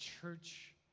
church